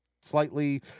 slightly